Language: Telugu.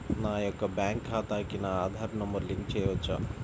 నా యొక్క బ్యాంక్ ఖాతాకి నా ఆధార్ నంబర్ లింక్ చేయవచ్చా?